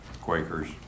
Quakers